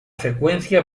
secuencia